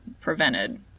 prevented